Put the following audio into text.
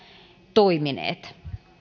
toimineet